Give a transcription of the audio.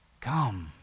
Come